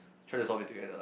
try to solve it together lah